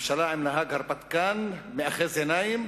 ממשלה עם נהג הרפתקן, מאחז עיניים,